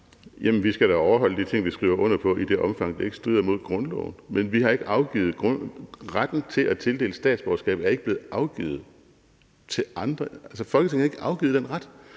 vi skal da overholde de ting, vi skriver under på, i det omfang, det ikke strider mod grundloven, men retten til at tildele statsborgerskab er ikke blevet afgivet til andre, altså, Folketinget har ikke afgivet den ret,